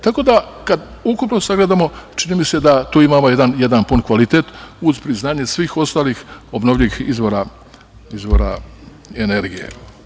Tako da kada ukupno sagledamo čini mi se da tu imamo jedan pun kvaliteta uz priznanje svih ostalih obnovljivih izvora energije.